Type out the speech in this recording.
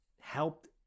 helped